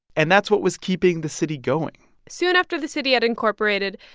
and that's what was keeping the city going soon after the city had incorporated,